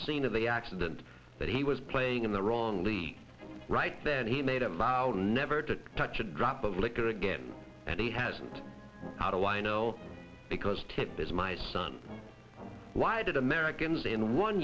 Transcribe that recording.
scene of the accident that he was playing in the wrong lead right then he made a vowed never to touch a drop of liquor again and he hasn't how do i know because tip is my son why did americans in one